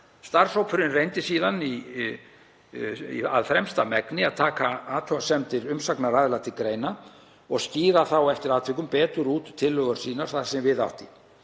Starfshópurinn reyndi síðan af fremsta megni að taka athugasemdir umsagnaraðila til greina og skýra þá eftir atvikum betur út tillögur sínar þar sem við átti.